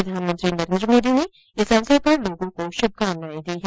प्रधानमंत्री नरेन्द्र मोदी ने इस अवसर पर लोगों को शुभकामनायें दी हैं